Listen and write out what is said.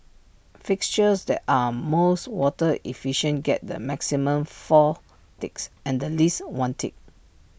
fixtures that are most water efficient get the maximum four ticks and the least one tick